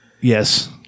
Yes